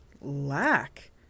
lack